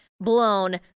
blown